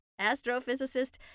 astrophysicist